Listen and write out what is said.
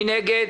מי נגד?